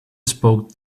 spoke